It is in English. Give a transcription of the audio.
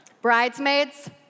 Bridesmaids